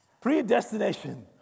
Predestination